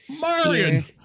Marion